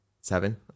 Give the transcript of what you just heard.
seven